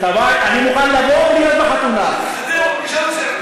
אבל אני חושב שגם אפשר למנוע את זה.